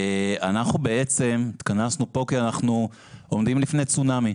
אנחנו בעצם התכנסנו פה כי אנחנו עומדים בפני צונאמי,